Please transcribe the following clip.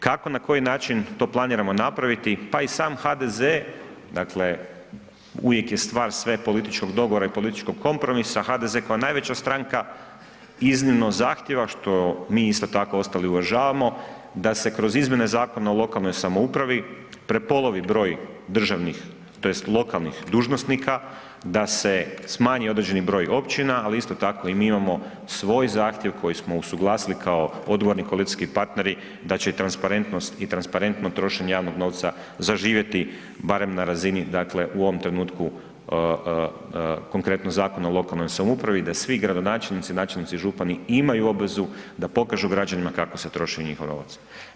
Kako, na koji način to planiramo napraviti, pa i sam HDZ, dakle uvijek je stvar sve političkog dogovora i političkog kompromisa, HDZ kao najveća stranka iznimno zahtjeva što mi isto tako ostali uvažavamo da se kroz izmjene Zakona o lokalnoj samoupravi prepolovi broj državnih tj. lokalnih dužnosnika, da se smanji određeni broj općina, ali isto tako i mi imamo svoj zahtjev koji smo usuglasili kao odgovorni koalicijski partneri da će i transparentnost i transparentno trošenje javnog novca zaživjeti barem na razini dakle u ovom trenutku konkretno Zakona o lokalnoj samoupravi i da svi gradonačelnici, načelnici, župani imaju obvezu da pokažu građanima kako se troši njihov novac.